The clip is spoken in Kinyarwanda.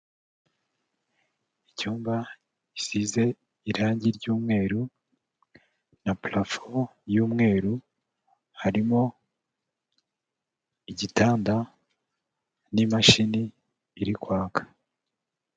Icyumba gisize irangi ry'umweru na parafo y'umweru, harimo igitanda n'imashini iri kwaka.